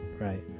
right